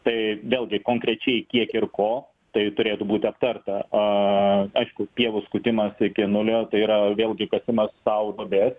tai vėlgi konkrečiai kiek ir ko tai turėtų būti aptarta aišku pievų skutimas iki nulio tai yra vėlgi kasimas sau duobės